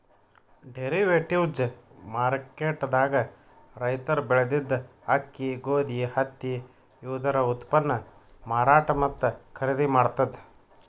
derivatives market ದಾಗ್ ರೈತರ್ ಬೆಳೆದಿದ್ದ ಅಕ್ಕಿ ಗೋಧಿ ಹತ್ತಿ ಇವುದರ ಉತ್ಪನ್ನ್ ಮಾರಾಟ್ ಮತ್ತ್ ಖರೀದಿ ಮಾಡ್ತದ್